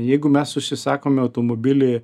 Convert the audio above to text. jeigu mes užsisakome automobilį